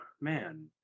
Man